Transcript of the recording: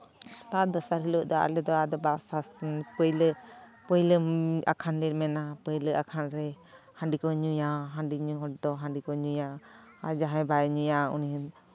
ᱛᱟᱨ ᱫᱚᱥᱟᱨ ᱦᱤᱞᱳᱜ ᱫᱚ ᱟᱞᱮ ᱫᱚ ᱟᱞᱮ ᱵᱟᱥ ᱥᱟᱥ ᱯᱟᱹᱭᱞᱟᱹ ᱯᱟᱹᱭᱞᱟᱹ ᱟᱠᱷᱟᱱᱞᱮ ᱢᱮᱱᱟ ᱯᱟᱹᱭᱞᱟᱹ ᱟᱠᱷᱟᱱ ᱨᱮ ᱦᱟᱺᱰᱤ ᱠᱚ ᱧᱩᱭᱟ ᱦᱟᱺᱰᱤ ᱧᱩ ᱦᱚᱲ ᱫᱚ ᱦᱟᱺᱰᱤ ᱠᱚ ᱧᱩᱭᱟ ᱟᱨ ᱡᱟᱦᱟᱸᱭ ᱵᱟᱭ ᱧᱩᱭᱟ ᱩᱱᱤ